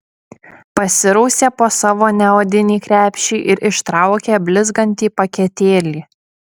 pasirausė po savo neodinį krepšį ir ištraukė blizgantį paketėlį